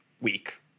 week